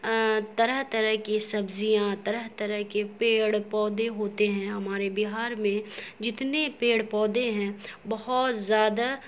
طرح طرح کی سبزیاں طرح طرح کے پیڑ پودے ہوتے ہیں ہمارے بہار میں جتنے پیڑ پودے ہیں بہت زیادہ